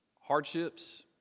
Hardships